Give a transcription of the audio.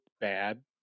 bad